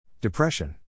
depression